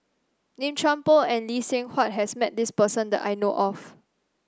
Lim Chuan Poh and Lee Seng Huat has met this person that I know of